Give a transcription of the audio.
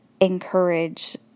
encourage